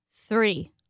three